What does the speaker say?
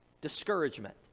discouragement